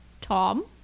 Tom